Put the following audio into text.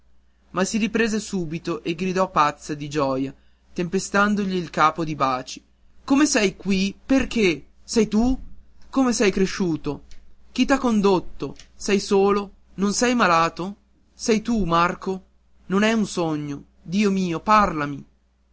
ma si riprese subito e gridò pazza di gioia tempestandogli il capo di baci come sei qui perché sei tu come sei cresciuto chi t'ha condotto sei solo non sei malato sei tu marco non è un sogno dio mio parlami